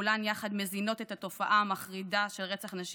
שכולם יחד מזינים את התופעה המחרידה של רצח נשים,